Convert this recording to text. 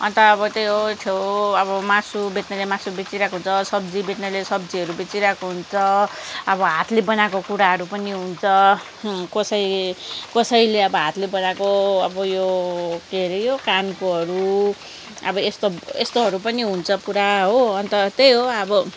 अन्त अब त्यही हो छेउ अब मासु बेच्ने मासु बेचिरहेको हुन्छ सब्जी बेच्नेले सब्जीहरू बेचिरहेको हुन्छ अब हातले बनाएको कुराहरू पनि हुन्छ कसैले अब हातले बनाएको अब यो के हरे यो कानकोहरू अब यस्तो यस्तोहरू पनि हुन्छ पुरा हो अन्त त्यही हो अब